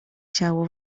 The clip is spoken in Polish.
ciało